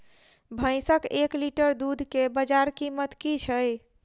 भैंसक एक लीटर दुध केँ बजार कीमत की छै?